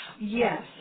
Yes